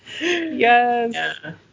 Yes